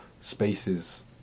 spaces